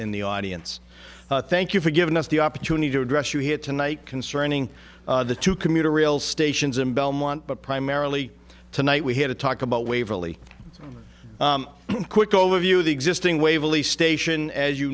in the audience thank you for giving us the opportunity to address you here tonight concerning the two commuter rail stations in belmont but primarily tonight we had a talk about waverly a quick overview of the existing waverley station as you